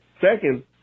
second